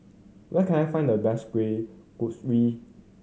where can I find the best Kueh Kaswi